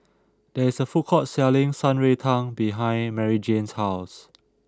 there is a food court selling Shan Rui Tang behind Maryjane's house